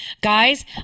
Guys